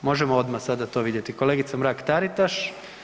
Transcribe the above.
Možemo odma sada to vidjeti, Kolegica Mrak-Taritaš.